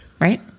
Right